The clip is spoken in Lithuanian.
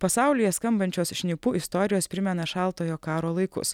pasaulyje skambančios šnipų istorijos primena šaltojo karo laikus